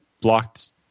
blocked